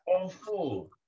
awful